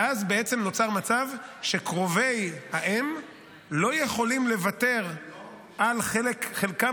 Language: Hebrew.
ואז נוצר מצב שקרובי האם לא יכולים לוותר על חלקם